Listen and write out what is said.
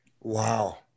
wow